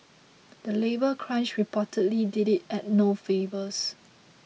the labour crunch reportedly did it no favours